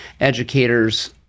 educators